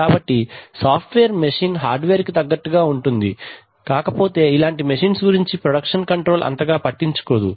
కాబట్టి software machine hardware కి తగ్గట్టుగా ఉంటుంది కాకపోతే ఇలాంటి మెషీన్స్ గురించి ప్రొడక్షన్ కంట్రోల్ అంతగా పట్టించుకోదు